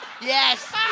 Yes